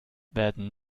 werden